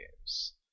games